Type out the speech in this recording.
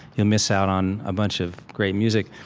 you'll miss out on a bunch of great music.